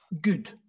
good